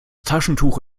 taschentuch